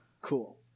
cool